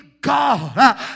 God